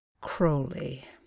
Crowley